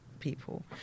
people